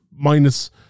minus